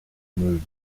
moved